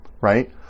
Right